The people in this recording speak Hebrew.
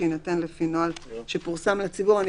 שיינתן לפי נוהל שפורסם לציבור," אני